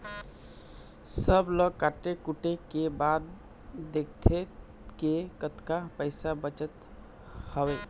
सब ल काटे कुटे के बाद देखथे के कतका पइसा बचत हवय